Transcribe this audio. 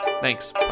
Thanks